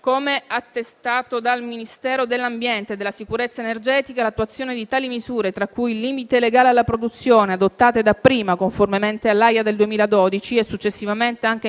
Come attestato dal Ministero dell'ambiente e della sicurezza energetica, l'attuazione di tali misure, tra cui limite legale alla produzione, adottate dapprima, conformemente all'AIA del 2012 e successivamente anche in conformità